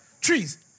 Trees